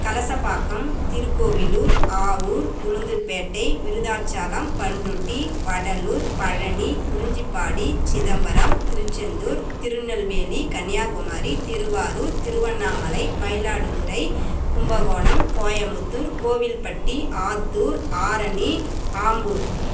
Kalasapakkam Tirukoilur Avur Ulundurpet Vriddhachalam Panruti Vadalur Palani Kurinjipadi Chidambaram Tiruchendur Tirunelveli Kanyakumari Tiruvarur Tiruvannamalai Mayiladuthurai Kumbakonam Coimbatore Kovilpatti Attur Arani Ambur